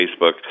Facebook